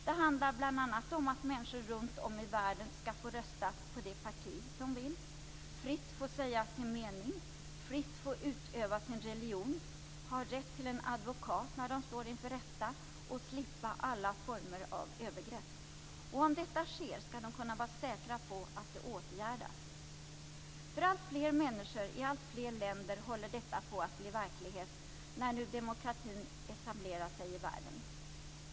Det handlar bl.a. om att människor runt om i världen skall få rösta på det parti som de vill, fritt få säga sin mening, fritt få utöva sin religion, ha rätt till en advokat när de står inför rätta och slippa alla former av övergrepp. Och om detta sker skall de kunna vara säkra på att det åtgärdas. För alltfler människor i alltfler länder håller detta på att bli verklighet när nu demokratin etablerar sig i världen.